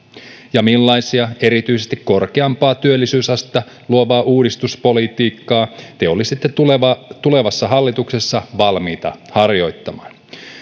ja millaista erityisesti korkeampaa työllisyysastetta luovaa uudistuspolitiikkaa te olisitte tulevassa hallituksessa valmiita harjoittamaan